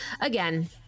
again